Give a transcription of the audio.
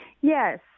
Yes